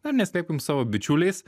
ar neslėpkim savo bičiuliais